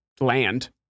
land